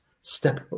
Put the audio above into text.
Step